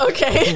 Okay